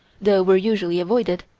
though we're usually avoided,